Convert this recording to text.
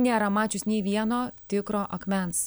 nėra mačius nei vieno tikro akmens